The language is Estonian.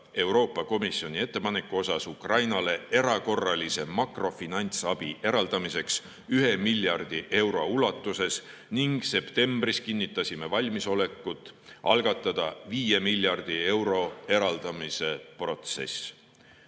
Euroopa Komisjoni ettepaneku osas Ukrainale erakorralise makrofinantsabi eraldamiseks 1 miljardi euro ulatuses ning septembris kinnitasime valmisolekut algatada 5 miljardi euro eraldamise